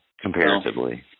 comparatively